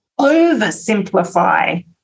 oversimplify